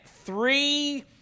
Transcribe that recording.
Three